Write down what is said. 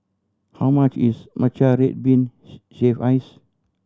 how much is matcha red bean shaved ice